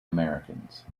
americans